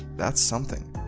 that's something!